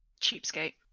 Cheapskate